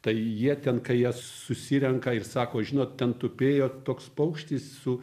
tai jie ten kai jie susirenka ir sako žinot ten tupėjo toks paukštis su